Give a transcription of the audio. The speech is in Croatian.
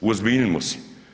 Uozbiljimo se.